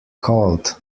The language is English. called